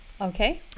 Okay